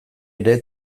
ere